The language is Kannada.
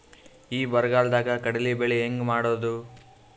ಈ ಬರಗಾಲದಾಗ ಕಡಲಿ ಬೆಳಿ ಹೆಂಗ ಮಾಡೊದು?